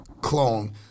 clone